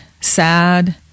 sad